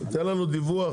תן לנו דיווח.